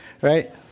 right